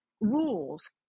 rules